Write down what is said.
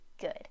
good